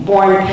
Born